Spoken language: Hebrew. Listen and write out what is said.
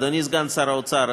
אדוני סגן שר האוצר,